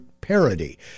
parody